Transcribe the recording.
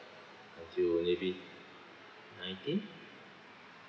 until only be nineteen